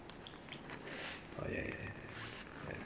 oh ya ya